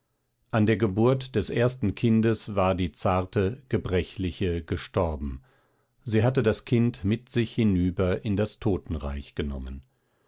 an der geburt des ersten kindes war die zarte gebrechliche gestorben sie hatte das kind mit sich hinüber in das totenreich genommen